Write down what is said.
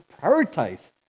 prioritize